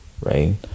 right